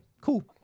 cool